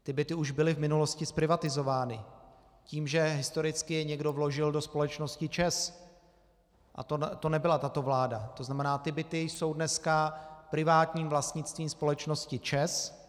Ty byty už byly v minulosti zprivatizovány tím, že je historicky někdo vložil do společnosti ČEZ, a to nebyla tato vláda, to znamená, ty byty jsou dneska privátním vlastnictvím společnosti ČEZ.